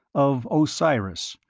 of osiris,